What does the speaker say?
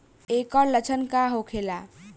ऐकर लक्षण का होखेला?